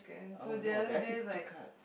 oh no did I take two card